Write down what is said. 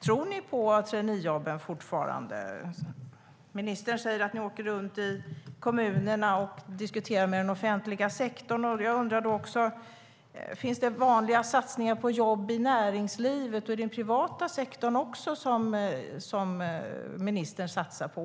Tror ni fortfarande på dem? Ministern säger att hon åker runt i kommunerna och diskuterar med den offentliga sektorn. Jag undrar om det finns satsningar på jobb även i näringslivet och i den privata sektorn.